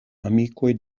amikoj